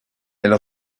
elle